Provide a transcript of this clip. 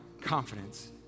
confidence